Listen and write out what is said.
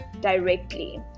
directly